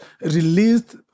released